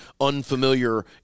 unfamiliar